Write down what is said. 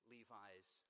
Levi's